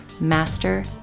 Master